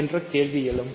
என்ற கேள்வி எழும்